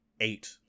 eight